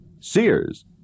Sears